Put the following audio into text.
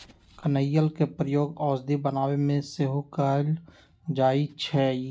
कनइल के प्रयोग औषधि बनाबे में सेहो कएल जाइ छइ